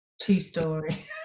two-story